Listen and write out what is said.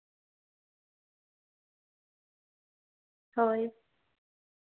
ᱦᱳᱭ